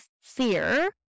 fear